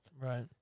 Right